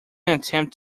attempt